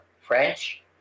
French